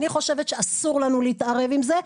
אני חושבת שאסור לנו להתערב בזה.